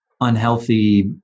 unhealthy